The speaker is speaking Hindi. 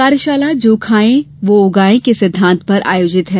कार्यशाला जो खायें वो उगायें के सिद्धांत पर आयोजित है